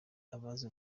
abazi